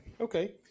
Okay